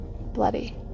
bloody